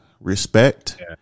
respect